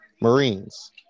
Marines